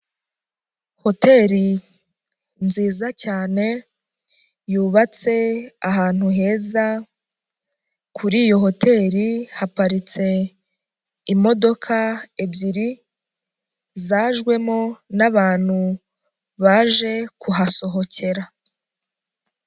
Hoteri nziza cyane yubatse ahantu heza, kuri iyo hoteri haparitse imodoka ebyiri, zajwemo n'abantu baje kuhasohokera.